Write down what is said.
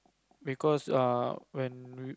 because uh when